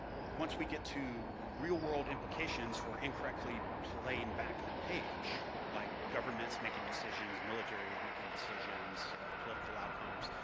once we get to real-world implications for incorrectly playing back a page, like governments making decisions, militaries making decisions, political outcomes,